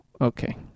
Okay